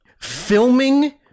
filming